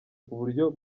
kuburyo